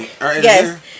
yes